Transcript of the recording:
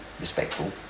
respectful